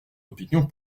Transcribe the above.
opinions